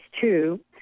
two